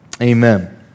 Amen